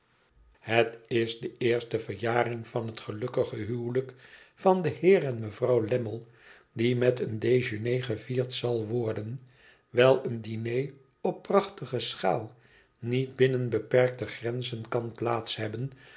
het is de eerste verjaring van het gelukkige huwelijk van den heer en mevrouw lammie die met een dejeuner gevierd zal worden wijl een diner op prachtige schaal niet binnen beperkter grenzen kan plaatshebben